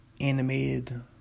Animated